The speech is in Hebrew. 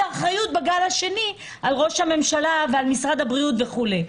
האחריות בגל השני על ראש הממשלה ועל משרד הבריאות וכולי.